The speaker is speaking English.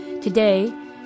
Today